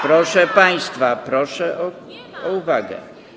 Proszę państwa, proszę o uwagę.